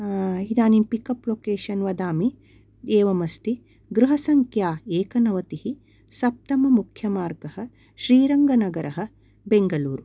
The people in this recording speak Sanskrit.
इदानीं पिकप् लोकेशन् वदामि एवमस्ति गृहसङ्ख्या एकनवतिः सप्तममुख्यमार्गः श्रीरङ्गनगरः बेङ्गलूरु